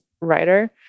writer